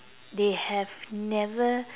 they have never